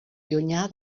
llunyà